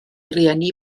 rieni